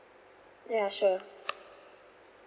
ya sure